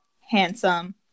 handsome